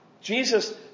Jesus